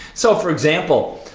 so for example,